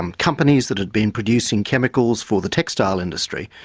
and companies that had been producing chemicals for the textile industry,